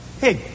Hey